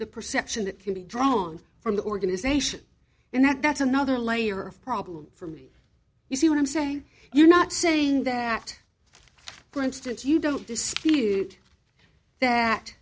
the perception that can be drawn from the organisation you're not that's another layer of problem for me you see what i'm saying you're not saying that for instance you don't